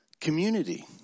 community